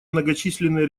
многочисленные